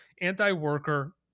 anti-worker